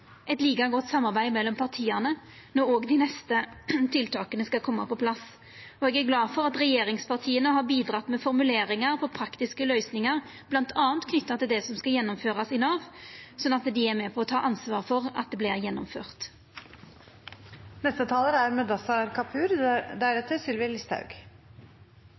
eit like godt samarbeid mellom partia når òg dei neste tiltaka skal koma på plass. Eg er glad for at regjeringspartia har bidrege med formuleringar for praktiske løysingar, bl.a. knytte til det som skal gjennomførast i Nav, slik at dei er med på å ta ansvar for at det vert gjennomført. Jeg er